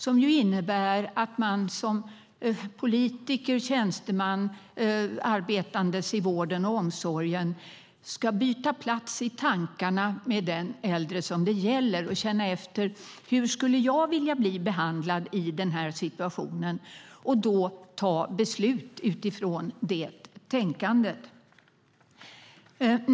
Det innebär att man som politiker eller tjänsteman, arbetandes i vården och omsorgen, i tankarna ska byta plats med den äldre som det gäller och känna efter "Hur skulle jag vilja bli behandlad i den här situationen?" och ta beslut utifrån det tänkandet.